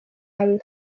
all